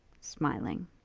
smiling